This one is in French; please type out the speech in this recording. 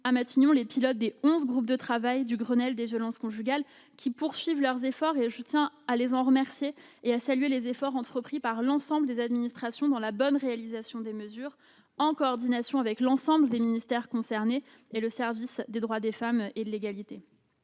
à Matignon les pilotes des onze groupes de travail du Grenelle des violences conjugales, qui poursuivent leurs efforts. Je tiens à les en remercier et à saluer le travail entrepris par l'ensemble des administrations dans la bonne réalisation des mesures, en coordination avec l'ensemble des ministères concernés et le service des droits des femmes et de l'égalité.